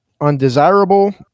undesirable